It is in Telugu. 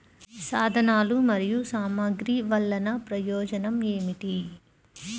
సాధనాలు మరియు సామగ్రి వల్లన ప్రయోజనం ఏమిటీ?